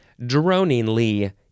Droningly